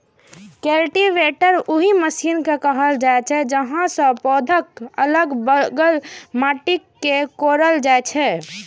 cultivator ओहि machine कें कहल जाइ छै, जाहि सं पौधाक अलग बगल माटि कें कोड़ल जाइ छै